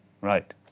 right